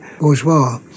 Bourgeois